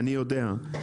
אני יודע.